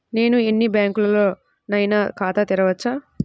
నేను ఎన్ని బ్యాంకులలోనైనా ఖాతా చేయవచ్చా?